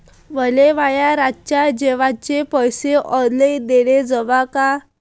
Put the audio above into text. मले माये रातच्या जेवाचे पैसे ऑनलाईन देणं जमन का?